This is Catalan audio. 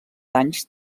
danys